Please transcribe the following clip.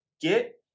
get